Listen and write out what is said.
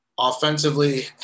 Offensively